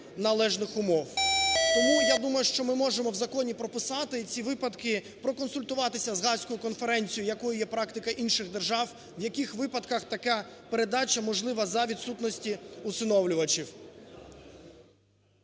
належних умов. Тому я думаю, що ми можемо в законі прописати ці випадки, проконсультуватися з Гаазькою конференцією якою є практика інших держав, в яких випадках така передача можлива за відсутності усиновлювачів.